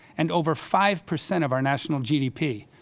and over five percent of our national gdp.